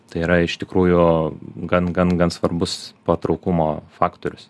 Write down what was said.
tai yra iš tikrųjų gan gan gan svarbus patrauklumo faktorius